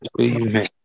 Amen